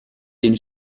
den